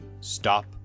stop